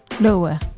Lower